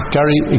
Gary